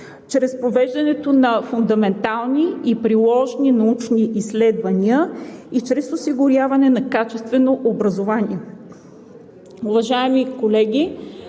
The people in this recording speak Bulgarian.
чрез въвеждането на фундаментални и приложни научни изследвания и чрез осигуряване на качествено образование. Уважаеми колеги,